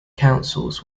councils